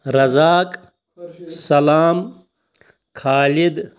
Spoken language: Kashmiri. رَزاق سَلام خالِد